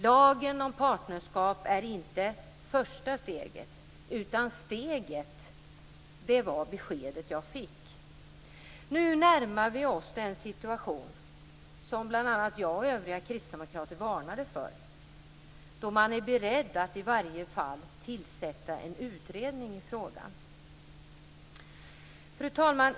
Lagen om partnerskap är inte första steget utan steget, var det besked som jag fick. Nu närmar vi oss den situation som bl.a. jag och övriga kristdemokrater varnade för, då man är beredd att i varje fall tillsätta en utredning i frågan. Fru talman!